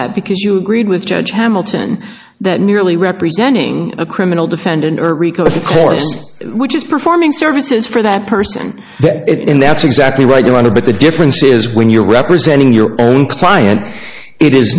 that because you agreed with judge hamilton that merely representing a criminal defendant or rico is the course which is performing services for that person and that's exactly right you want to but the difference is when you're representing your own client it is